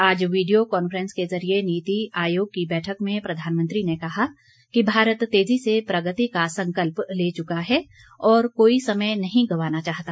आज video conference के जरिये नीति आयोग की बैठक में प्रधानमंत्री ने कहा कि भारत तेजी से प्रगति का संकल्प ले चुका है और कोई समय नहीं गंवाना चाहता